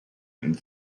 and